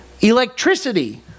electricity